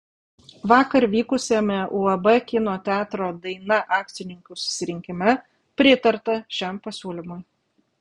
vakar vykusiame uab kino teatro daina akcininkų susirinkime pritarta šiam pasiūlymui